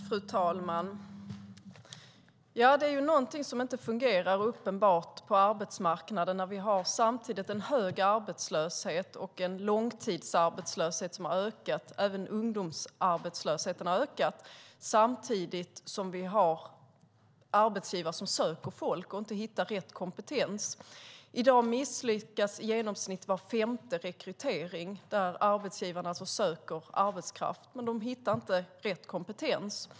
Fru talman! Det är uppenbarligen något som inte fungerar på arbetsmarknaden när vi har en hög arbetslöshet och en långtidsarbetslöshet som har ökat, och även ungdomsarbetslösheten har ökat, samtidigt som det finns arbetsgivare som söker folk och inte hittar rätt kompetens. I dag misslyckas i genomsnitt var femte rekrytering där arbetsgivarna söker arbetskraft men inte hittar rätt kompetens.